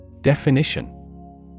Definition